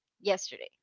yesterday